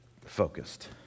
focused